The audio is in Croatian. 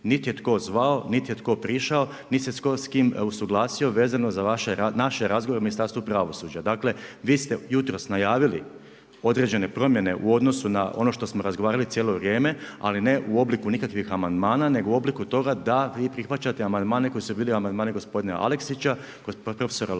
Niti je tko znao, niti je tko prišao, niti se s kim usuglasio vezano za naše razgovore u Ministarstvu pravosuđa. Dakle, vi ste jutros najavili određene promjene u odnosu na ono što smo razgovarali cijelo vrijeme, ali ne u obliku nikakvih amandmana, nego u obliku toga da vi prihvaćate amandmane koji su bili amandmani gospodina Aleksića, profesora Lovrinovića,